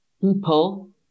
people